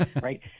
right